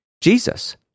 Jesus